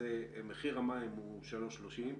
מחיר המים הוא 3.30 שקל,